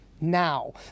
now